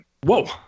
Whoa